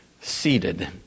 seated